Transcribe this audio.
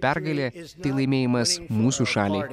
pergalė tai laimėjimas mūsų šaliai